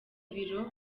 biro